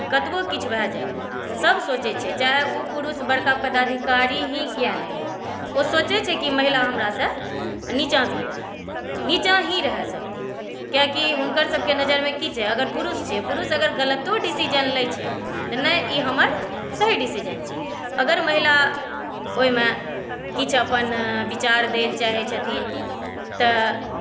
कतबो किछु भए जाए सभ सोचै छै चाहे ओ पुरुष बड़का पदाधिकारी ही किया नहि हुए ओ सोचै छै कि महिला हमरासँ नीचाँ ही रहै नीचाँ ही रहै सभ दिन कियाकि हुनका सभकेँ नजरिमे की छै अगर पुरुष छियै पुरुष अगर गलतो डिसिजन लै छै तऽ नहि ई हमर सही डिसीजन छी अगर महिला ओहिमे किछु अपन विचार दै लए चाहै छथिन तऽ